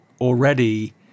already